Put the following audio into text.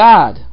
God